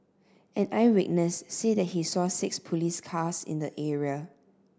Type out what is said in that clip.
an eyewitness said that he saw six police cars in the area